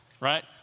right